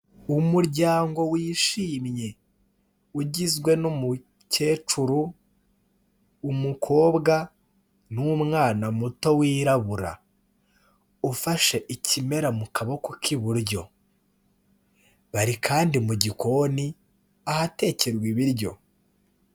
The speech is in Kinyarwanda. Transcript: Umuryango wishimye ugizwe n'umukecuru, umukobwa n'umwana muto wirabura, ufashe ikimera mu kaboko k'iburyo, bari kandi mugikoni ahatekerwa ibiryo.